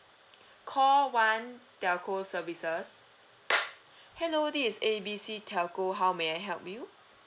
call one telco services hello this is A B C telco how may I help you